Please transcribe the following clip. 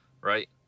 right